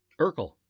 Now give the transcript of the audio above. Urkel